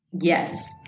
Yes